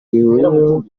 rihuriweho